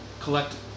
collect